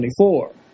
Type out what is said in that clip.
24